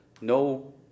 no